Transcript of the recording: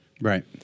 Right